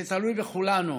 זה תלוי בכולנו.